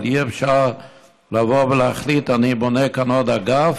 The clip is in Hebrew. ואי-אפשר לבוא ולהחליט שאני בונה כאן עוד אגף